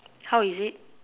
how is it